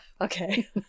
Okay